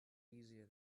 easier